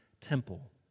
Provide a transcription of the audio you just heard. temple